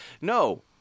no